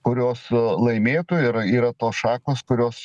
kurios laimėtų ir yra tos šakos kurios